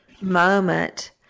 moment